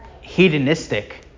hedonistic